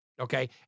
Okay